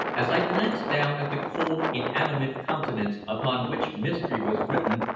as i glanced down at the cold, inanimate countenance upon which mystery was written,